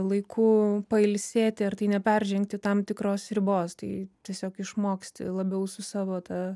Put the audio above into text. laiku pailsėti ar tai neperžengti tam tikros ribos tai tiesiog išmoksti labiau su savo ta